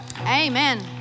Amen